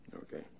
Okay